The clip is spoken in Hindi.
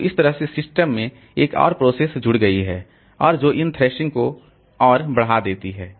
तो इस तरह से सिस्टम में एक और प्रोसेस जुड़ गई और जो इन थ्रैशिंग को और बढ़ा देती है